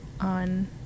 on